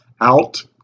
out